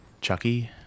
Chucky